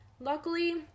Luckily